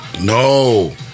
No